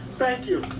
thank you.